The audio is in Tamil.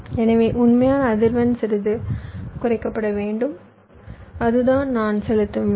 எனவே உண்மையான அதிர்வெண் சிறிது குறைக்கப்பட வேண்டும் அதுதான் நான் செலுத்தும் விலை